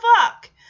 fuck